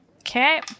Okay